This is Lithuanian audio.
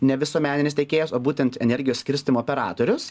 ne visuomeninis tiekėjas o būtent energijos skirstymo operatorius